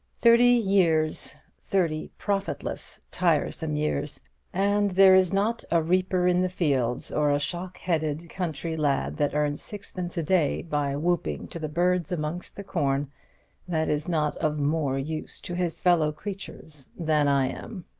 thirty years thirty profitless, tiresome years and there is not a reaper in the fields, or a shock-headed country lad that earns sixpence a day by whooping to the birds amongst the corn that is not of more use to his fellow-creatures than i am.